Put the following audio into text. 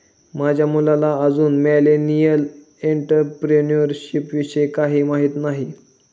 माझ्या मुलाला अजून मिलेनियल एंटरप्रेन्युअरशिप विषयी काहीही माहित नाही